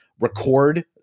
record